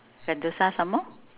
sentosa some more